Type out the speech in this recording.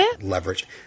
leverage